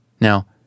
Now